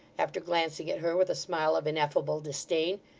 after glancing at her with a smile of ineffable disdain,